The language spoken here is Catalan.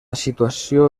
situació